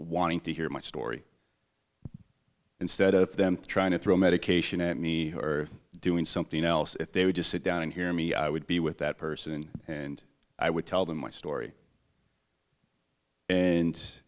wanting to hear my story instead of them trying to throw medication at me who are doing something else if they would just sit down and hear me i would be with that person and i would tell them my story and